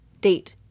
Date